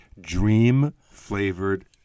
dream-flavored